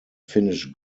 finnish